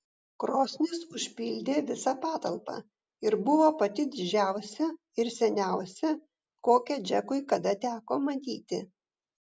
krosnis užpildė visą patalpą ir buvo pati didžiausia ir seniausia kokią džekui kada teko matyti